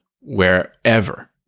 wherever